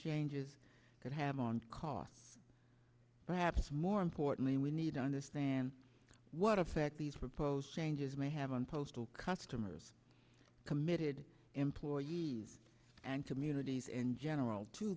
changes could have on cost perhaps more importantly we need to understand what effect these proposed changes may have on postal customers committed employees and communities in general to